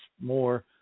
more